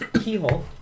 keyhole